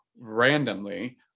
randomly